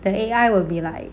the A_I will be like